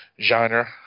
genre